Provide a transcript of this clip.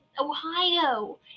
Ohio